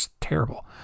terrible